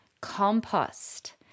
compost